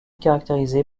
caractérisée